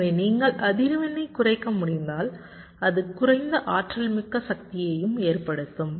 எனவே நீங்கள் அதிர்வெண்ணைக் குறைக்க முடிந்தால் அது குறைந்த ஆற்றல்மிக்க சக்தியையும் ஏற்படுத்தும்